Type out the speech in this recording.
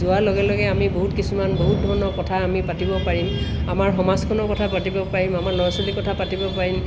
যোৱাৰ লগে লগে আমি বহুত কিছুমান বহুত ধৰণৰ কথা আমি পাতিব পাৰিম আমাৰ সমাজখনৰ কথা পাতিব পাৰিম আমাৰ ল'ৰা ছোৱালীৰ কথা পাতিব পাৰিম